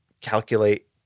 calculate